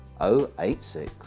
086